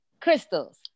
crystals